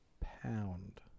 pound